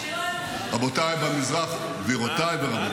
גבירותיי ורבותיי,